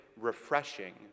refreshing